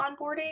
onboarding